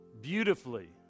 beautifully